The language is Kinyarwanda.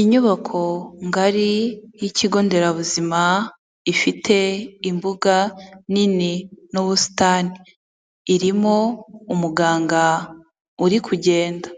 Inyubako ngari y'ikigo nderabuzima, ifite imbuga nini n'ubusitani, irimo umuganga uri kugenda